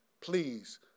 please